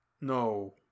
No